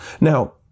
Now